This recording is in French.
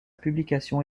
publication